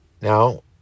Now